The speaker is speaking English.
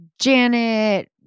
Janet